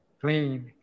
clean